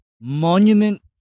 monument